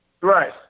Right